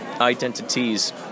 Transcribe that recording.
Identities